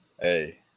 hey